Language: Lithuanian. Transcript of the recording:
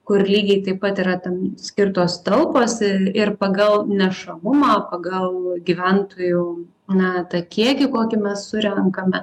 kur lygiai taip pat yra tam skirtos talpos ir pagal nešamumą pagal gyventojų na tą kiekį kokį mes surenkame